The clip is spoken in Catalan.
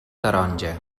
taronja